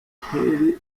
nk’iri